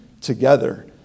together